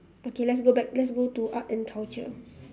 okay let's go back let's go to art and culture